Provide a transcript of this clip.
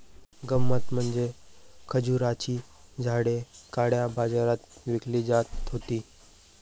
गंमत म्हणजे खजुराची झाडे काळ्या बाजारात विकली जात होती